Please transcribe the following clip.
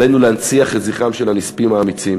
עלינו להנציח את זכרם של הנספים האמיצים